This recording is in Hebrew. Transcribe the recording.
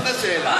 זאת השאלה.